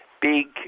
big